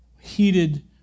heated